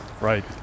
Right